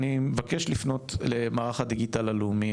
אני מבקש לפנות למערך הדיגיטלי הלאומי,